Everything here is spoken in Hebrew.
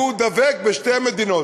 שהוא דבק בשתי מדינות.